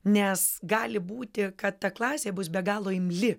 nes gali būti kad ta klasė bus be galo imli